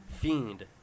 Fiend